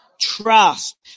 Trust